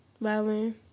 Violin